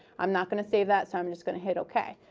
i'm not going to save that, so i'm just going to hit ok.